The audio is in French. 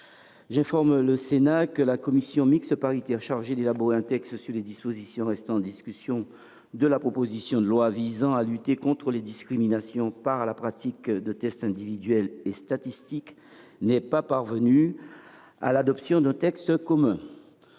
J’informe le Sénat que la commission mixte paritaire chargée d’élaborer un texte sur les dispositions restant en discussion de la proposition de loi visant à lutter contre les discriminations par la pratique de tests individuels et statistiques n’est pas parvenue à l’adoption d’un texte commun.